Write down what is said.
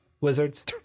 Wizards